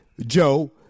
Joe